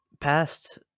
past